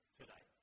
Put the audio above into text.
today